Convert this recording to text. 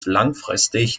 langfristig